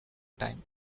time